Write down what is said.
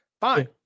Fine